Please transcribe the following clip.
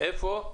בתל אביב.